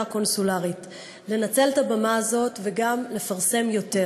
הקונסולרית לנצל את הבמה הזאת וגם לפרסם יותר.